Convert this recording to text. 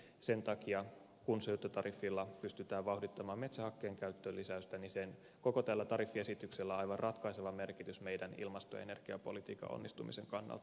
sen takia kun syöttötariffilla pystytään vauhdittamaan metsähakkeen käytön lisäystä koko tällä tariffiesityksellä on aivan ratkaiseva merkitys meidän ilmasto ja energiapolitiikan onnistumisen kannalta